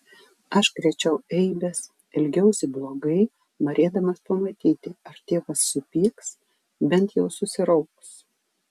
aš krėčiau eibes elgiausi blogai norėdamas pamatyti ar tėvas supyks bent jau susirauks